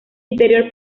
interior